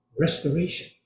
restoration